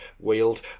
wheeled